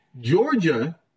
Georgia